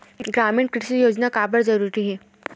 ग्रामीण कृषि योजना काबर जरूरी हे?